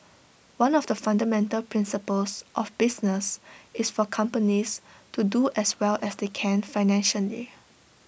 one of the fundamental principles of business is for companies to do as well as they can financially